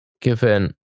given